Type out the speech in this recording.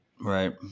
Right